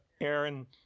Aaron